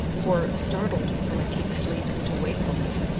for, startled from a deep sleep into wakefulness,